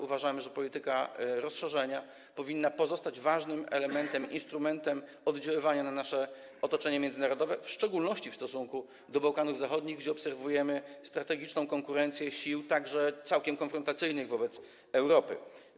Uważamy, że polityka rozszerzenia powinna pozostać ważnym elementem, instrumentem oddziaływania na nasze otoczenie międzynarodowe, w szczególności w stosunku do Bałkanów Zachodnich, gdzie obserwujemy strategiczną konkurencję sił, także tych całkiem konfrontacyjnych wobec Europy.